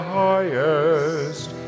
highest